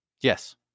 Yes